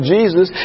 Jesus